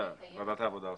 ועדת העבודה עושה.